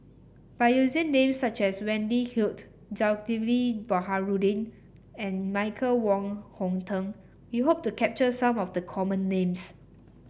by using names such as Wendy Hutton Zulkifli Baharudin and Michael Wong Hong Teng we hope to capture some of the common names